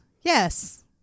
Yes